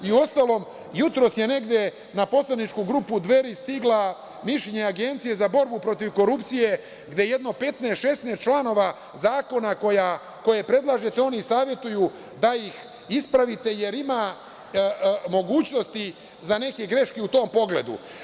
U ostalom, jutros je na poslaničku grupu Dveri stiglo mišljenje Agencije za borbu protiv korupcije, gde jedno 15, 16 članova zakona, koje predlažete, oni savetuju da ih ispravite, jer ima mogućnosti za neke greške u tom pogledu.